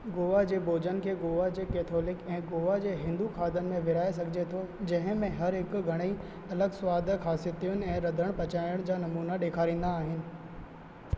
गोवा जे भोजन खे गोवा जे कैथोलिक ऐं गोवा जे हिंदू खाधनि में विरिहाए सघिजे थो जंहिं में हर हिक घणेई अलॻि सवादु ख़ासितयुनि ऐं रधण पचाइण जा नमूना डे॒खारींदा आहिनि